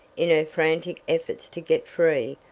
in her frantic efforts to get free,